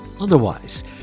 Otherwise